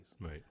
Right